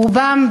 רובם,